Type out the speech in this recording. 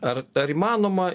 ar ar įmanoma